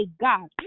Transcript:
God